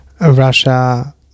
Russia